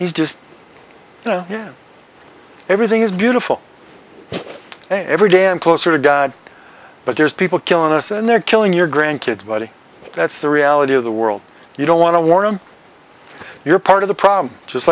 he's just you know everything is beautiful in every damn closer to god but there's people killing us and they're killing your grandkids buddy that's the reality of the world you don't want to warn them you're part of the problem just